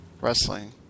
wrestling